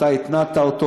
אתה התנעת אותו.